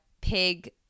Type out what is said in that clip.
pig